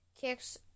kicks